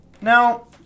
now